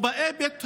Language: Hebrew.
ובאי בית החולים,